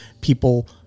people